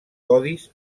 codis